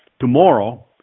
tomorrow